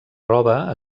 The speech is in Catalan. roba